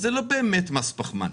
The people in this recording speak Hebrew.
אז זה לא באמת מס פחמן,